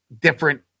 different